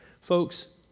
Folks